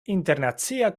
internacia